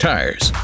Tires